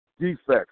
defects